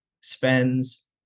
spends